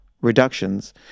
reductions